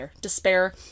despair